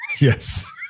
Yes